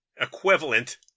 Equivalent